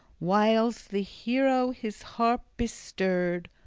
whiles the hero his harp bestirred,